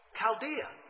，Chaldea，